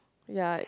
yeah